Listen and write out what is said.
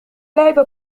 لعب